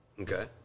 okay